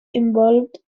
involved